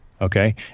Okay